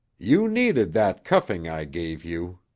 you needed that cuffing i gave you.